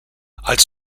als